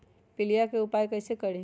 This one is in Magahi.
पीलिया के उपाय कई से करी?